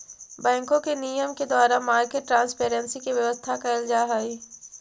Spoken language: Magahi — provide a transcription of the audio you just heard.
बैंकों के नियम के द्वारा मार्केट ट्रांसपेरेंसी के व्यवस्था कैल जा हइ